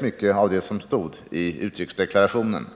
mycket av det som står i utrikesdeklarationen.